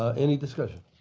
ah any discussion?